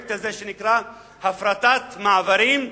הפרויקט הזה שנקרא הפרטת מעברים,